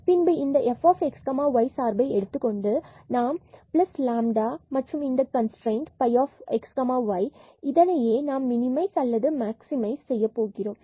பின்பு இந்த fxy சார்பை எடுத்துக்கொண்டு நாம் பிளஸ் லாம்டா கன்ஸ்ட்ரைன்ட்ϕxy இதையே மினிமைஸ் அல்லது மாக்ஸிமைஸ் செய்யவேண்டும்